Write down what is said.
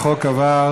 החוק עבר